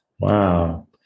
Wow